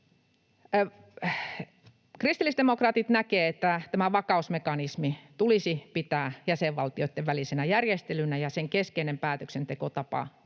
Kristillisdemokraatit näkevät, että tämä vakausmekanismi tulisi pitää jäsenvaltioitten välisenä järjestelynä ja sen keskeisen päätöksentekotavan tulisi